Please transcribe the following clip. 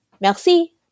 Merci